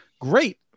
great